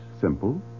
Simple